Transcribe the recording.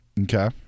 Okay